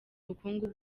ubukungu